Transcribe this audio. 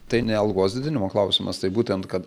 tai ne algos didinimo klausimas tai būtent kad